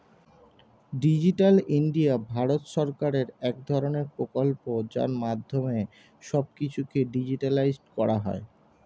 digital India Bharat সরকারের এক ধরণের প্রকল্প যার মাধ্যমে সব কিছুকে ডিজিটালাইসড করা হয়